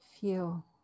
Feel